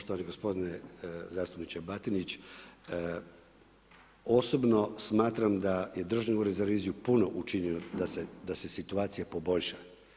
Poštovani gospodine zastupniče Batinić, osobno smatram da je Državni ureda za reviziju puno učinjeno da se situacija poboljša.